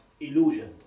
illusion